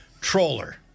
Troller